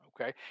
okay